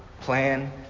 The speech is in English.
plan